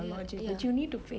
ya ya